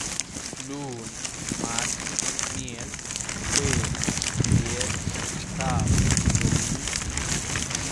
Lun, mart', miercw, jueb, vier, saab, domingw.